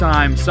Time